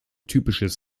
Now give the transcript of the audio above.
typisches